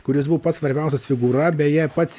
kuris buvo pats svarbiausias figūra beje pats